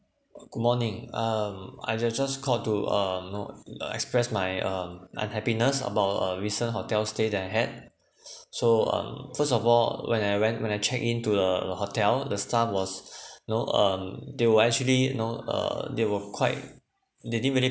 good morning um I just just called to um know express my um unhappiness about a recent hotel stay that I had so um first of all when I went when I check in to the hotel the staff was know um they were actually know uh they were quite they didn't really